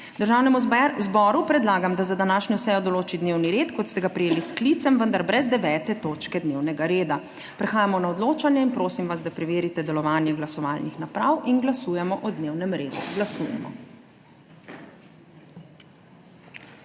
Državnemu zboru predlagam, da za današnjo sejo določi dnevni red, kot ga je prejel s sklicem, vendar brez 9. točke dnevnega reda. Prehajamo na odločanje in prosim vas, da preverite delovanje glasovalnih naprav, in glasujemo o dnevnem redu. Glasujemo.